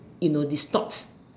you know they stops